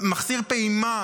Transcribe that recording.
מחסיר פעימה,